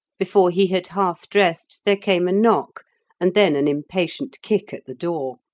before he had half dressed there came a knock and then an impatient kick at the door.